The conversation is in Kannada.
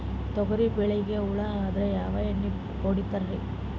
ತೊಗರಿಬೇಳಿಗಿ ಹುಳ ಆದರ ಯಾವದ ಎಣ್ಣಿ ಹೊಡಿತ್ತಾರ?